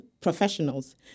professionals